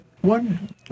One